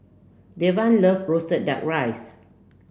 Devan loves roasted duck rice